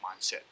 mindset